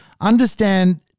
Understand